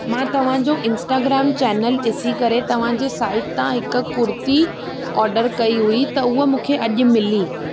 मां तव्हांजो Instagram channel ॾिसी करे तव्हांजे साइट तां हिक कुर्ती ऑर्डर कई हुई त उहा मूंखे अॼु मिली